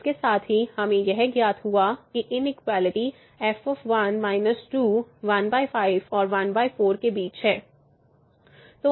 इसके साथ ही हमें यह ज्ञात हुआ कि इनइक्वेलिटी f 2 15 और 14 के बीच है